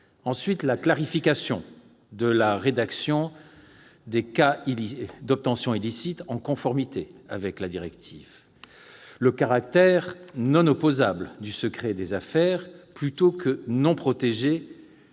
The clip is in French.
transposer. La clarification de la rédaction des cas d'obtention illicite est maintenue, en conformité avec la directive. Le caractère « non opposable » du secret des affaires- plutôt que « non protégé